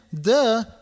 duh